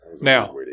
Now